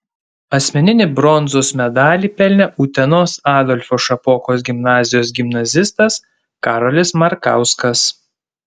asmeninį bronzos medalį pelnė utenos adolfo šapokos gimnazijos gimnazistas karolis markauskas